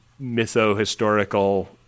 mytho-historical